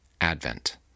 Advent